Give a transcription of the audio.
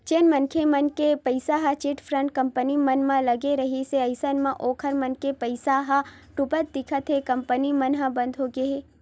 जेन मनखे मन के पइसा ह चिटफंड कंपनी मन म लगे रिहिस हे अइसन म ओखर मन के पइसा ह डुबत दिखत हे कंपनी मन ह बंद होगे हे